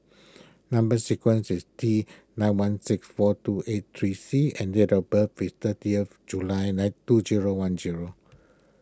Number Sequence is T nine one six four two eight three C and date of birth is thirtieth July nine two zero one zero